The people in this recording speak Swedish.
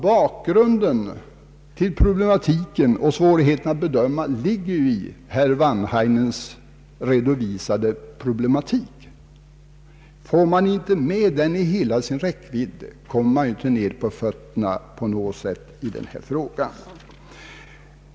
Bakgrunden till svårigheterna när det gäller att bedöma dessa frågor ligger i den av herr Wanhainen redovisade problematiken. Tar man inte med den i hela dess räckvidd kommer man inte ned på fötterna i denna fråga.